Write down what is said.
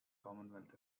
commonwealth